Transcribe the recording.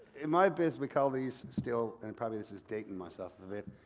in my biz, we call these still, and probably this is dating myself a bit,